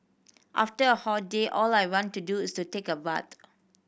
after a hot day all I want to do is to take a bath